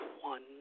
one